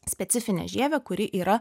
specifinę žievę kuri yra